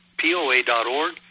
POA.org